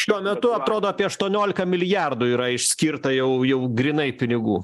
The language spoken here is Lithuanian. šiuo metu atrodo apie aštuoniolika milijardų yra išskirta jau jau grynai pinigų